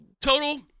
total